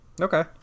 Okay